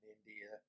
India